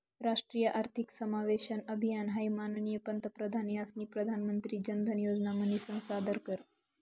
राष्ट्रीय आर्थिक समावेशन अभियान हाई माननीय पंतप्रधान यास्नी प्रधानमंत्री जनधन योजना म्हनीसन सादर कर